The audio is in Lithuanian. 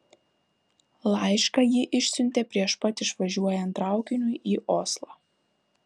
laišką ji išsiuntė prieš pat išvažiuojant traukiniui į oslą